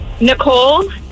Nicole